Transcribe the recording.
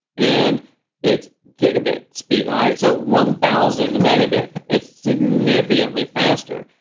and it's gigabyte speed. nice. so one thousand and megabit. it's significantly faster.